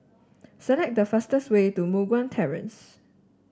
select the fastest way to Moh Guan Terrace